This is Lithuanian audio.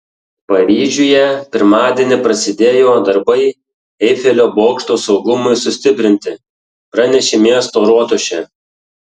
paryžiuje pirmadienį prasidėjo darbai eifelio bokšto saugumui sustiprinti pranešė miesto rotušė